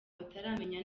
bataramenya